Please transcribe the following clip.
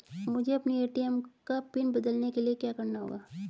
मुझे अपने ए.टी.एम का पिन बदलने के लिए क्या करना होगा?